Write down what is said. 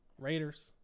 Raiders